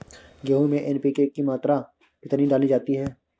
गेहूँ में एन.पी.के की मात्रा कितनी डाली जाती है?